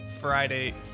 Friday